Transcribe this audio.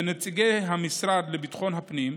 ונציגי המשרד לביטחון הפנים,